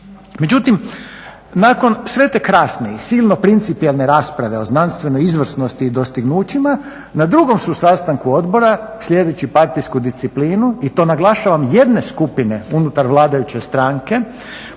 Međutim, nakon sve te krasne i silno principijelne rasprave o znanstvenoj izvrsnosti i dostignućima, na drugom su sastanku odbora slijedeći partijsku disciplinu i to naglašavam jedne skupine unutar vladajuće stranke